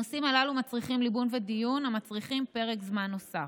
הנושאים הללו מצריכים ליבון ודיון המצריכים פרק זמן נוסף.